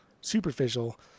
Superficial